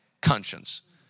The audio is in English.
conscience